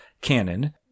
canon –